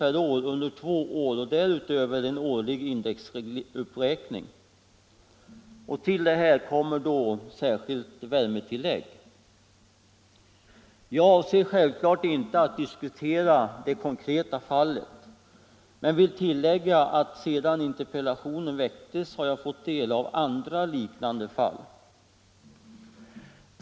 per år under två år och därutöver en årlig indexuppräkning. Till detta kommer särskilt värmetillägg. Jag avser självklart inte att diskutera det konkreta fallet men vill tillägga att sedan interpellationen väcktes har jag fått del av andra liknande fall.